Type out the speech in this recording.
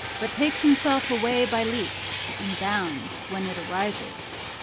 but takes himself away by leaps and bounds when it arises.